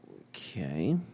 Okay